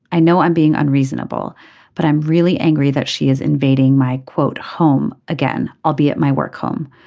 i know i'm being unreasonable but i'm really angry that she is invading my quote home again. i'll be at my work home.